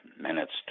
minutes